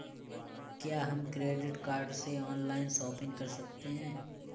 क्या हम credit card से ऑनलाइन शॉपिंग कर सकते हैं?